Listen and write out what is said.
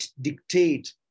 dictate